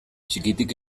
txikitik